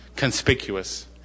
conspicuous